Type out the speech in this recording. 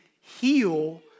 heal